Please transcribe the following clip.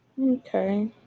Okay